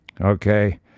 Okay